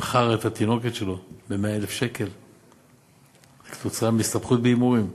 ומכר את התינוקת שלו ב-100,00 שקל עקב הסתבכות בהימורים,